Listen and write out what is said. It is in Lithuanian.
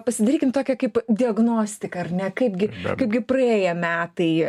pasidarykim tokią kaip diagnostiką ar ne kaipgi kaipgi praėję metai